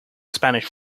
spanish